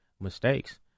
mistakes